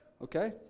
Okay